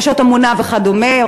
נשות "אמונה" וכדומה,